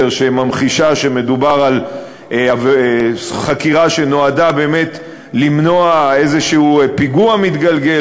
שממחישה שמדובר על חקירה שנועדה באמת למנוע איזה פיגוע מתגלגל,